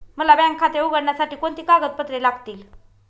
मला बँक खाते उघडण्यासाठी कोणती कागदपत्रे लागतील?